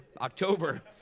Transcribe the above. October